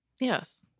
Yes